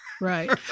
Right